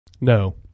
No